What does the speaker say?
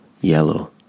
yellow